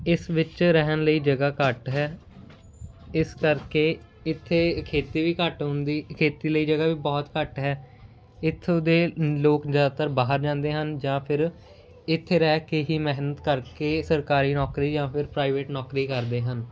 ਇਸ ਵਿੱਚ ਰਹਿਣ ਲਈ ਜਗ੍ਹਾ ਘੱਟ ਹੈ ਇਸ ਕਰਕੇ ਇੱਥੇ ਖੇਤੀ ਵੀ ਘੱਟ ਹੁੰਦੀ ਖੇਤੀ ਲਈ ਜਗ੍ਹਾ ਵੀ ਬਹੁਤ ਘੱਟ ਹੈ ਇੱਥੋਂ ਦੇ ਲੋਕ ਜ਼ਿਆਦਾਤਰ ਬਾਹਰ ਜਾਂਦੇ ਹਨ ਜਾਂ ਫਿਰ ਇੱਥੇ ਰਹਿ ਕੇ ਹੀ ਮਿਹਨਤ ਕਰਕੇ ਸਰਕਾਰੀ ਨੌਕਰੀ ਯਾਂ ਫਿਰ ਪ੍ਰਾਇਵੇਟ ਨੌਕਰੀ ਕਰਦੇ ਹਨ